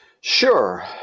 Sure